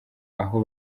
aho